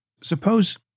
Suppose